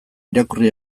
irakurri